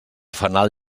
fanal